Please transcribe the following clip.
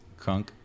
crunk